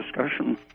discussion